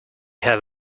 have